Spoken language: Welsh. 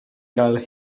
gael